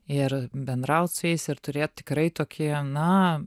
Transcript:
ir bendraut su jais ir turėt tikrai tokį na